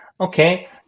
Okay